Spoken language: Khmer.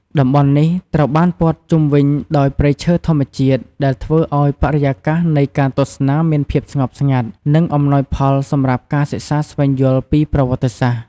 តំបន់នេះត្រូវបានព័ទ្ធជុំវិញដោយព្រៃឈើធម្មជាតិដែលធ្វើឲ្យបរិយាកាសនៃការទស្សនាមានភាពស្ងប់ស្ងាត់ និងអំណោយផលសម្រាប់ការសិក្សាស្វែងយល់ពីប្រវត្តិសាស្ត្រ។